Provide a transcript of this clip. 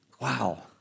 wow